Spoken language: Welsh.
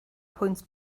pwynt